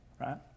right